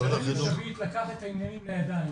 חברנו שביט לקח את העניינים לידיים